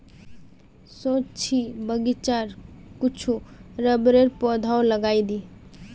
सोच छि जे बगीचात कुछू रबरेर पौधाओ लगइ दी